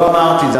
לא אמרתי את זה.